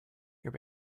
your